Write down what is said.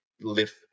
lift